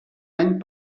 any